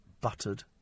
buttered